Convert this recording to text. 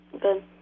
Good